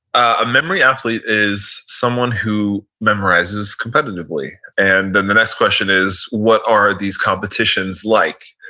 a memory athlete is someone who memorizes competitively. and then the next question is what are these competitions like?